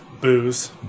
Booze